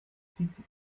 vize